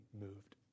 moved